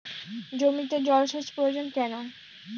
জমিতে জল সেচ প্রয়োজন কেন?